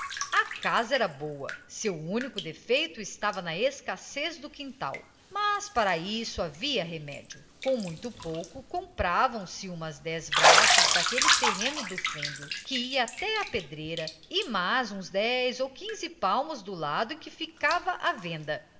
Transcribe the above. a casa era boa seu único defeito estava na escassez do quintal mas para isso havia remédio com muito pouco compravam se umas dez braças daquele terreno do fundo que ia até à pedreira e mais uns dez ou quinze palmos do lado em que ficava a venda